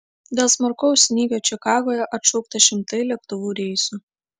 dėl smarkaus snygio čikagoje atšaukta šimtai lėktuvų reisų